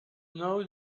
now